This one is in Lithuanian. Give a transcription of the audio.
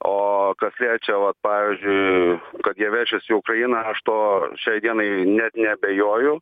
o kas liečia vat pavyzdžiui kad jie veršis į ukrainą aš tuo šiai dienai net neabejoju